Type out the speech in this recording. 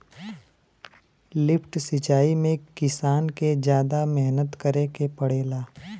lift सिचाई में किसान के जादा मेहनत करे के पड़ेला